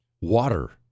water